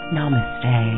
Namaste